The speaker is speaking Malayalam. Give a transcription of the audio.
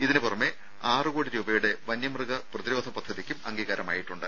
ഇതിന് പുറമെ ആറ് കോടി രൂപയുടെ വന്യമൃഗ പ്രതിരോധ പദ്ധതിയ്ക്കും അംഗീകാരമായിട്ടുണ്ട്